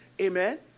Amen